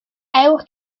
ewch